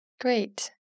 Great